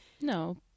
No